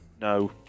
No